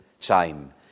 Time